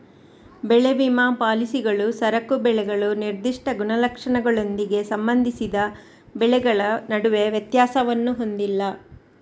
ಬೆಳೆ ವಿಮಾ ಪಾಲಿಸಿಗಳು ಸರಕು ಬೆಳೆಗಳು ನಿರ್ದಿಷ್ಟ ಗುಣಲಕ್ಷಣಗಳೊಂದಿಗೆ ಸಂಬಂಧಿಸಿದ ಬೆಳೆಗಳ ನಡುವೆ ವ್ಯತ್ಯಾಸವನ್ನು ಹೊಂದಿಲ್ಲ